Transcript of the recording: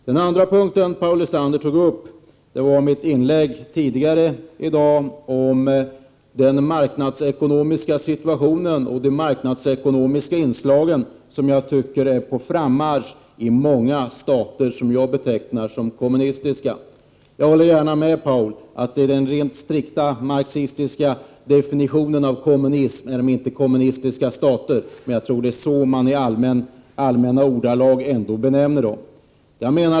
Den andra fråga som Paul Lestander tog upp gällde mitt inlägg tidigare i dag om den marknadsekonomiska situationen och de marknadsekonomiska inslag som jag tycker är på frammarsch i många stater som jag betecknar som kommunistiska. Jag håller gärna med Paul Lestander om att i den strikta marxistiska definitionen av kommunismen är de inte kommunistiska stater — men det är nog så man allmänt benämner dem.